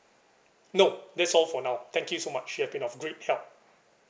nope that's all for now thank you so much you have been of great help